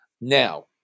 now